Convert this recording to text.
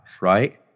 right